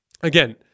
again